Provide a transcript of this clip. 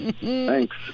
thanks